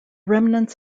remnants